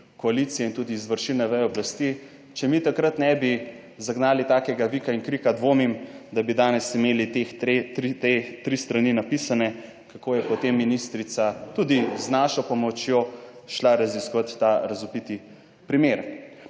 koalicije in tudi izvršilne veje oblasti. Če mi takrat ne bi zagnali takega vika in krika, dvomim, da bi danes imeli teh tri, te tri strani napisane. Kako je potem ministrica tudi z našo pomočjo šla raziskati ta razvpiti primer?